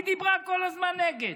היא דיברה כל הזמן נגד.